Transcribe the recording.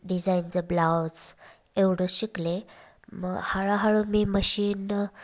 डिझाईनचं blouse एवढं शिकले मग हळूहळू मी मशीन